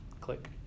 click